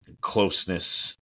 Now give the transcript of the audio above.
closeness